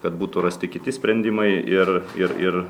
kad būtų rasti kiti sprendimai ir ir ir